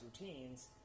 routines